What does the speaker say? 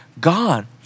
God